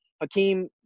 Hakeem